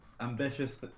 ambitious